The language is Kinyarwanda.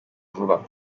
vuba